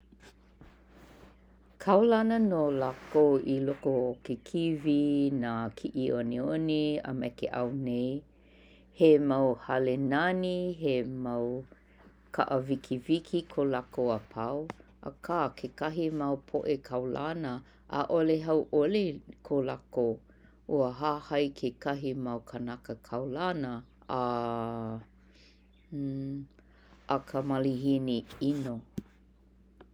Kaulana nō lākou i loko o ke kīwī, nā kiʻiʻoniʻoni, a me ke ao nei. He mau hale nani, he mau kaʻa wikiwiki ko lākou a pau. Akā kekahi mau poʻe kaulana ʻaʻole hauʻoli ko lākou. Ua hahai kekahi mau kanaka kaulana a a ka malihini ʻino.